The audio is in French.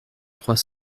trois